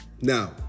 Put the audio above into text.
Now